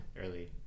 early